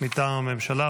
מטעם הממשלה.